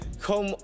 Come